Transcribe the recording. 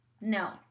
No